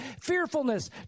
Fearfulness